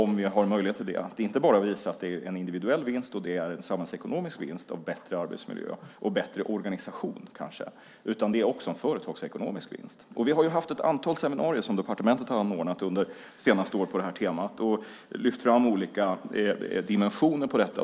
Det är inte bara en individuell vinst och en samhällsekonomisk vinst att ha en bättre arbetsmiljö och bättre organisation utan också en företagsekonomisk vinst. Departementet har anordnat ett antal seminarier under det senaste året på det här temat och lyft fram olika dimensioner på detta.